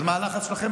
אז מה הלחץ שלכם